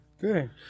Good